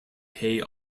pay